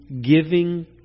giving